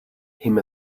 him